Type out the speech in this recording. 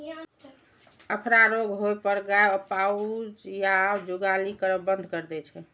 अफरा रोग होइ पर गाय पाउज या जुगाली करब बंद कैर दै छै